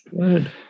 Good